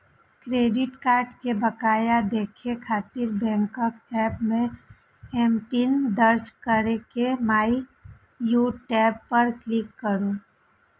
credit card के बकाया देखै खातिर बैंकक एप मे एमपिन दर्ज कैर के माइ ड्यू टैब पर क्लिक करू